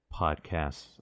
podcasts